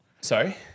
Sorry